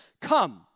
Come